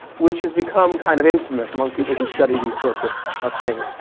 which has become kind of infamous among people who study these sorts of of things.